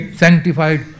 sanctified